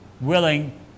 willing